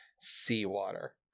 Seawater